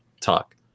talk